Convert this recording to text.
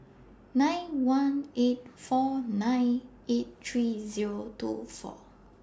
nine one eight four nine eight three Zero two four